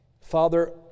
Father